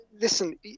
listen